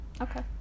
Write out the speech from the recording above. okay